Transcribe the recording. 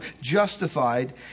justified